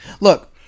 Look